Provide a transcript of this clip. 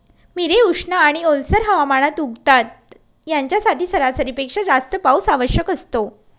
मिरे उष्ण आणि ओलसर हवामानात उगवतात, यांच्यासाठी सरासरीपेक्षा जास्त पाऊस आवश्यक असतो